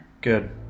Good